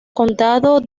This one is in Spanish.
condado